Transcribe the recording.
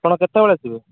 ଆପଣ କେତେବେଳେ ଆସିବେ